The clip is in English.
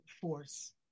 force